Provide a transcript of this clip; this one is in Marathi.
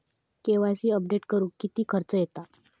के.वाय.सी अपडेट करुक किती खर्च येता?